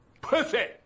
pussy